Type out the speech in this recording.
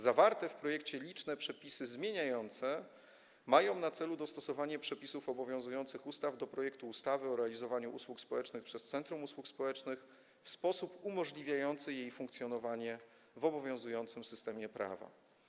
Zawarte w projekcie liczne przepisy zmieniające mają na celu dostosowanie przepisów obowiązujących ustaw do projektu ustawy o realizowaniu usług społecznych przez centrum usług społecznych w sposób umożliwiający jej funkcjonowanie w obowiązującym systemie prawa.